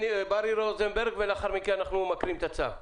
ברי רוזנברג ולאחר מכן אנחנו מקריאים את הצו.